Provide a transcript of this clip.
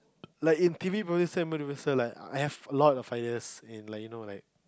like in T_V producer and producer I have a lot of ideas in like you know in like